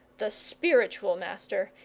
the spiritual master,